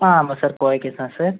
ஆ ஆமாம் sir Kovai Krishna sir